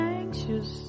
anxious